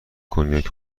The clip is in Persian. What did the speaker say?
کنیاک